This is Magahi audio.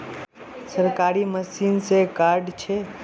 सरकारी मशीन से कार्ड छै?